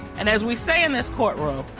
and as we say in this courtroom,